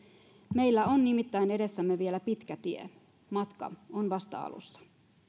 meillä on nimittäin edessämme vielä pitkä tie matka on vasta alussa